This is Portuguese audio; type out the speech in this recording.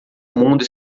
mundo